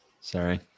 Sorry